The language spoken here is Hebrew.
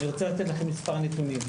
אני רוצה לתת לכם מספר נתונים.